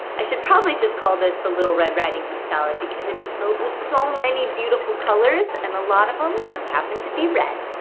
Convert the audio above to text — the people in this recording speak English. i should probably just call this the little red riding hood salad because it is filled with so many beautiful colors and a lot of them just happened to be red.